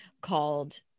called